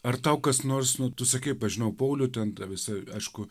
ar tau kas nors nu tu sakei pažinau paulių ten tai visai aišku